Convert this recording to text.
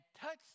touched